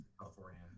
California